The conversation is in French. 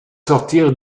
sortir